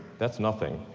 that's nothing,